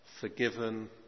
forgiven